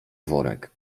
worek